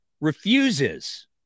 refuses